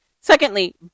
Secondly